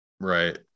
right